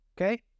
Okay